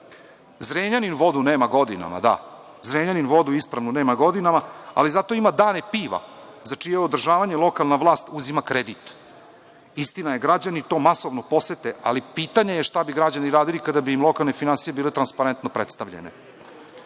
Zrenjanin vodu nema godinama. Zrenjanin ispravnu vodu nema godinama, ali zato ima „Dane piva“ za čije održavanje lokalna vlast uzima kredit. Istina, građani to masovno posete, ali pitanje je šta bi građani radili kada bi im lokalne finansije bile transparentno predstavljene. Veliki